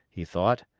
he thought,